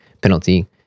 penalty